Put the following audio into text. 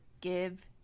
Give